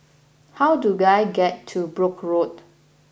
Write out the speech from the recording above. how do I get to Brooke Road